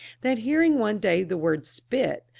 that hearing one day the word spit,